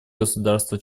государства